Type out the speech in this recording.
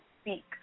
speak